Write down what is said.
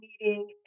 meeting